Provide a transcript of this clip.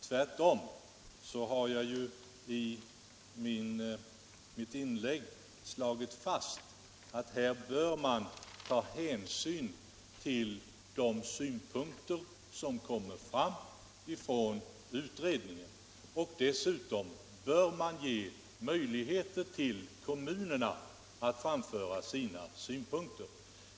Tvärtom har jag i mitt inlägg slagit fast att man bör ta hänsyn till de synpunkter som kommer fram från utredningen. Dessutom bör man ge kommunerna möjlighet att framföra sina synpunkter.